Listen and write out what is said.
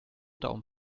daumen